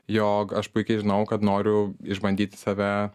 jog aš puikiai žinau kad noriu išbandyti save